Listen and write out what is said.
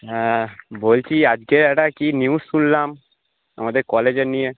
হ্যাঁ বলছি আজকে একটা কী নিউজ শুনলাম আমাদের কলেজের নিয়ে